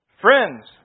Friends